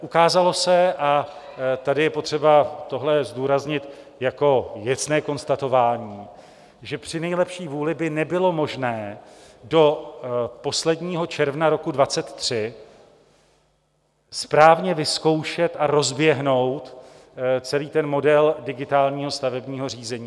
Ukázalo se, a tady je potřeba tohle zdůraznit jako věcné konstatování, že při nejlepší vůli by nebylo možné do posledního června roku 2023 správně vyzkoušet a rozběhnout celý model digitálního stavebního řízení.